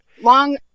long